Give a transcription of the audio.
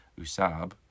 Usab